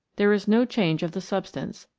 there is no change of the substance,